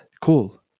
cool